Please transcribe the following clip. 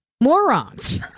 morons